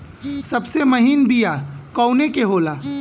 सबसे महीन बिया कवने के होला?